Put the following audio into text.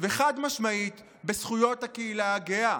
וחד-משמעית בזכויות הקהילה הגאה.